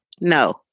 No